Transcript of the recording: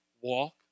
walk